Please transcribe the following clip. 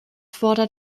fordert